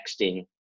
texting